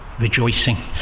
Rejoicing